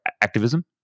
activism